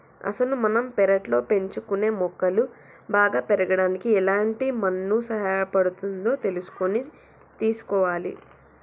అసలు మనం పెర్లట్లో పెంచుకునే మొక్కలు బాగా పెరగడానికి ఎలాంటి మన్ను సహాయపడుతుందో తెలుసుకొని తీసుకోవాలి